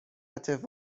ابهت